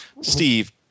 Steve